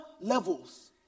levels